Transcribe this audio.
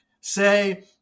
say